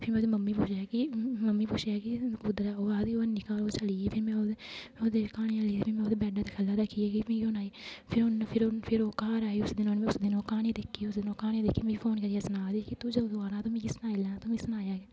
फिर में ओह्दी मम्मी गी पुच्छेआ कि कुद्धर ऐ ओह् ओह् आखदी ओह् है निं घर ओह् चली गेई फिर में ओह्दे क्हानी लिखदी रेही में ओह्दे बैड्डै थल्लै रक्खी गेई फिर ओह् फिर ओह् घर आई उस दिन उन्न ओह् क्हानी दिक्खी मिगी फोन करियै सनाऽ दी ही तूं जदूं आना ते मिगी सनाई लैना